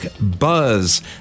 Buzz